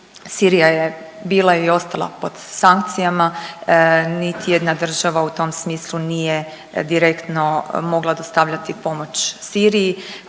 Sirija je bila i ostala pod sankcijama, niti jedna država u tom smislu nije direktno mogla dostavljati pomoć Siriji,